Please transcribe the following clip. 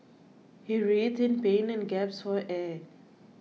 he writhed in pain and gasped for air